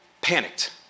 panicked